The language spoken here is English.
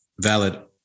Valid